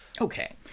Okay